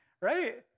Right